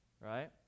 right